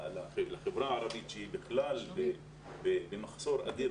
החברה הערבית היא כל הזמן במחסור אדיר,